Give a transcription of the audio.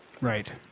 Right